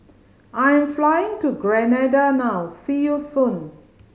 I'm flying to Grenada now see you soon